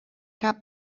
cap